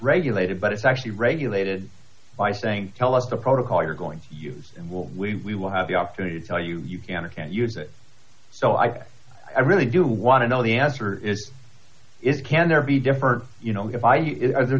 regulated but it's actually regulated by saying tell us the protocol you're going to use and will we will have the opportunity to tell you you can or can't use it so i i really do want to know the answer is it can there be deferred you know if i